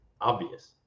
obvious